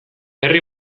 herri